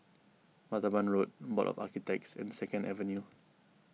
Martaban Road Board of Architects and Second Avenue